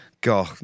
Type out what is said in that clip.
God